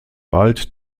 bald